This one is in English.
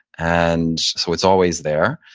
and so it's always there.